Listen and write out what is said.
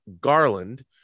Garland